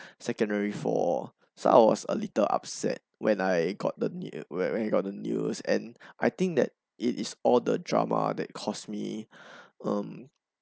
secondary four so I was a little upset when I got the news when when I got the news and I think that it is all the drama that cost me um